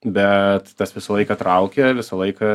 bet tas visą laiką traukė visą laiką